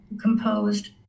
composed